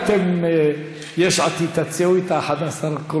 אתם תמכתם בו,